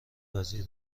وزیر